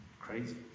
crazy